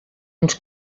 uns